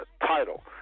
title